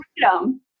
freedom